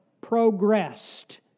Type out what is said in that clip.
progressed